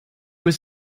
was